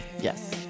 Yes